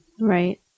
Right